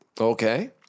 Okay